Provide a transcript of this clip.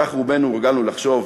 כך רובנו הורגלנו לחשוב.